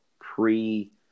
pre